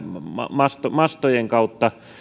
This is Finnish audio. mastojen mastojen kautta